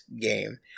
game